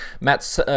Matt